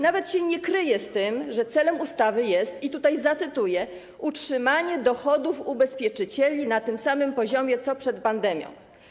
Nawet nie kryje się z tym, że celem ustawy jest, i tutaj zacytuję, utrzymanie dochodów ubezpieczycieli na tym samym poziomie co przed pandemią.